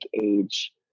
age